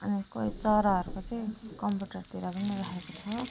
अनि कोही चराहरूको चाहिँ कम्प्युटरतिर पनि राखेको छ